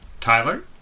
Tyler